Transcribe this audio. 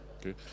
okay